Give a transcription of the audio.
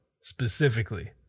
specifically